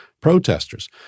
protesters